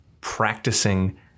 practicing